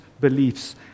beliefs